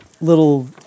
little